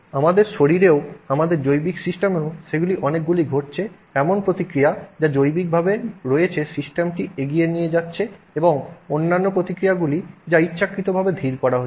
আমাদের শরীরেও আমাদের জৈবিক সিস্টেমেও সেগুলি অনেকগুলি ঘটছে এমন প্রতিক্রিয়া যা জৈবিকভাবে রয়েছে সিস্টেমটি এটি এগিয়ে নিয়ে যাচ্ছে এবং অন্যান্য প্রতিক্রিয়াগুলি যা ইচ্ছাকৃতভাবে ধীর করা হচ্ছে